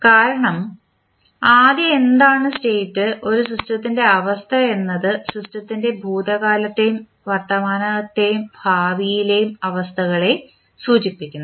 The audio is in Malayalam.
കാരണം ആദ്യം എന്താണ് സ്റ്റേറ്റ് ഒരു സിസ്റ്റത്തിന്റെ അവസ്ഥ എന്നത് സിസ്റ്റത്തിന്റെ ഭൂതകാലത്തെയും വർത്തമാനത്തെയും ഭാവിയിലെയും അവസ്ഥകളെ സൂചിപ്പിക്കുന്നു